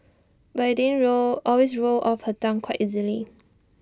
but IT didn't always roll off her tongue quite so easily